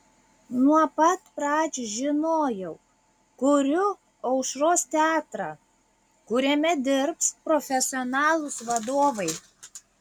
nuo pat pradžių žinojau kuriu aušros teatrą kuriame dirbs profesionalūs vadovai